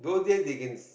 those days they can